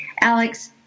Alex